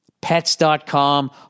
Pets.com